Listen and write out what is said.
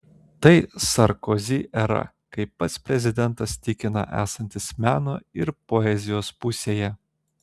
tai sarkozi era kai pats prezidentas tikina esantis meno ir poezijos pusėje